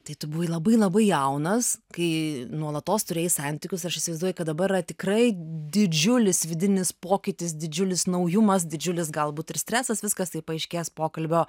tai tu buvai labai labai jaunas kai nuolatos turėjai santykius aš įsivaizduoju kad dabar tikrai didžiulis vidinis pokytis didžiulis naujumas didžiulis galbūt ir stresas viskas tai paaiškės pokalbio